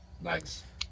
nice